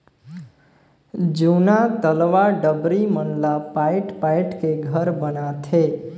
जूना तलवा डबरी मन ला पायट पायट के घर बनाथे